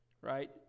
right